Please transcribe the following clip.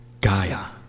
Gaia